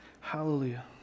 Hallelujah